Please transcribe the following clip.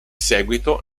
seguito